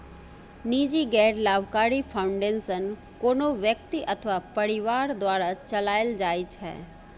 निजी गैर लाभकारी फाउंडेशन कोनो व्यक्ति अथवा परिवार द्वारा चलाएल जाइ छै